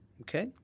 Okay